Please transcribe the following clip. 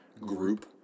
group